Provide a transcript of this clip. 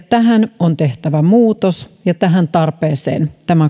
tähän on tehtävä muutos ja tähän tarpeeseen tämä